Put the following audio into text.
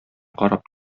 карап